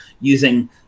using